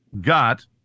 got